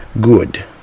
good